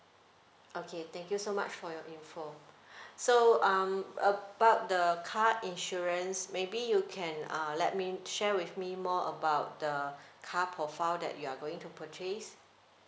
okay thank you so much for your info so uh about the car insurance maybe you can uh let me share with me more about the car profile that you're going to purchase